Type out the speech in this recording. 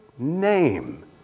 name